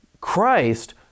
Christ